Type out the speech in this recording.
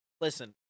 listen